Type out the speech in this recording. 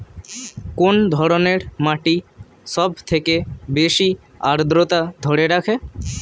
কোন ধরনের মাটি সবথেকে বেশি আদ্রতা ধরে রাখে?